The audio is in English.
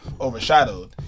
overshadowed